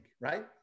Right